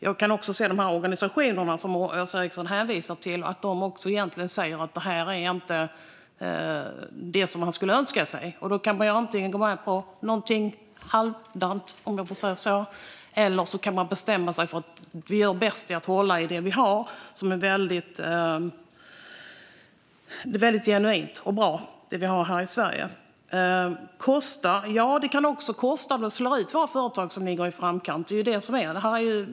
Jag kan också se att de organisationer som Åsa Eriksson hänvisar till egentligen också säger att det här inte är vad man skulle önska sig. Då kan man antingen gå med på någonting halvdant, om jag får säga så, eller så kan man bestämma sig för att vi gör bäst i att hålla i det vi har som är väldigt genuint och bra i Sverige. Det kostar - ja, men det kan också kosta om det slår ut våra företag som ligger i framkant. Det är ju så det är.